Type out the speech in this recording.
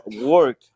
work